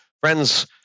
Friends